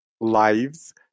lives